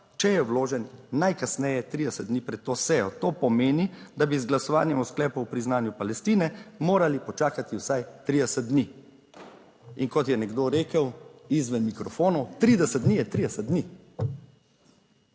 če je vložen najkasneje 30 dni pred to sejo. To pomeni, da bi z glasovanjem o sklepu o priznanju Palestine morali počakati vsaj 30 dni. In kot je nekdo rekel izven mikrofonov, 30 dni je 30 dni